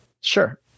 Sure